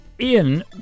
ian